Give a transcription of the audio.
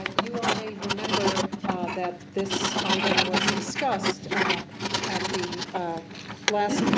you all may remember that this item was discussed at the last